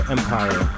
Empire